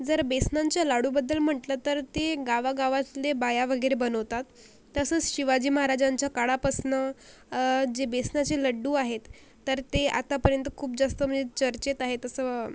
जर बेसनांच्या लाडूबद्दल म्हटलं तर ते गावागावातले बाया वगैरे बनवतात तसंच शिवाजी महाराजांच्या काळापासनं जे बेसनाचे लड्डू आहेत तर ते आतापर्यंत खूप जास्त म्हणजे चर्चेत आहेत तसं